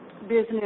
business